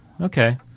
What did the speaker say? Okay